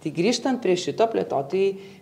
tai grįžtant prie šito plėtotojai